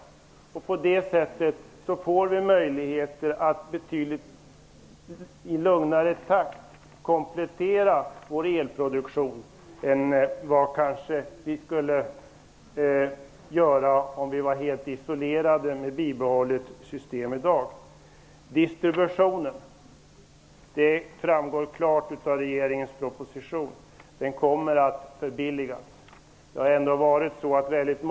På det sättet får vi möjligheter att i betydligt lugnare takt komplettera vår elproduktion än vi kanske skulle göra om vi var helt isolerade med ett bibehållet system. Distributionen kommer att förbilligas. Det framgår klart av regeringens proposition.